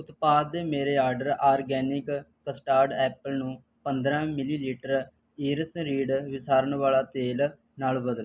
ਉਤਪਾਦ ਦੇ ਮੇਰੇ ਆਰਡਰ ਆਰਗੈਨਿਕ ਕਸਟਰਡ ਐਪਲ ਨੂੰ ਪੰਦਰ੍ਹਾਂ ਮਿਲੀਲੀਟਰ ਇਰੀਸ ਰੀਡ ਵਿਸਾਰਣ ਵਾਲਾ ਤੇਲ ਨਾਲ ਬਦਲੋ